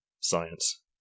Science